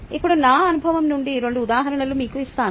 ఇప్పుడు నా అనుభవం నుండి 2 ఉదాహరణలు మీకు ఇస్తాను